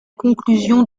conclusion